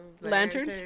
lanterns